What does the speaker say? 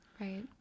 Right